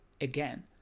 again